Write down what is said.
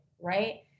right